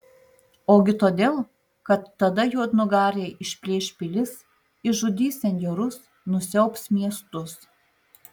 ogi todėl kad tada juodnugariai išplėš pilis išžudys senjorus nusiaubs miestus